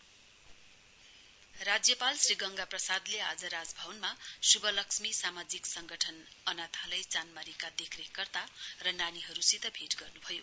governor राज्यपाल श्री गंगा प्रसादले आज राजभवनमा शुभलक्ष्मी सामाजिक संगठन अनाथालय चानमारीका देखरेख कर्ता र नानीहरुसित भेट गर्नुभयो